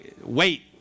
wait